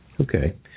Okay